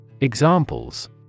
Examples